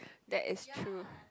that is true